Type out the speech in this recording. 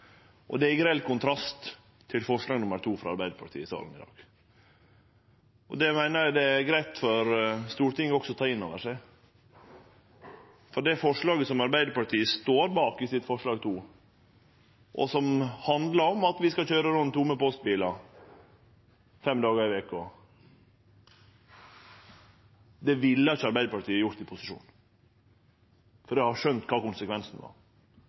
og det er i grell kontrast til forslag nr. 2, frå Arbeidarpartiet i dag. Det meiner eg det er greitt for Stortinget òg å ta inn over seg, for det forslaget som Arbeidarpartiet står bak i forslag nr. 2, som handlar om at vi skal køyre rundt tomme postbilar fem dagar i veka, ville ikkje Arbeidarpartiet hatt i posisjon, for dei hadde skjønt kva konsekvensen